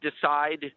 decide